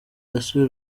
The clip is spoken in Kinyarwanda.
yasuye